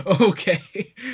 Okay